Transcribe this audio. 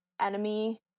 Enemy